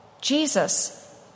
Jesus